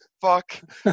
fuck